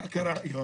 מה קרה היום?